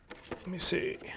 me see.